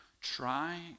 try